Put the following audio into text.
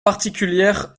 particulière